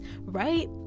right